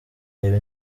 reba